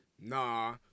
nah